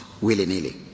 willy-nilly